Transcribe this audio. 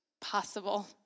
Possible